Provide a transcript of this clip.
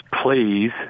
please